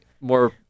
more